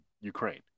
Ukraine